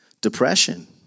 depression